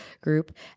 group